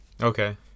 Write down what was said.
Okay